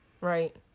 Right